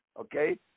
Okay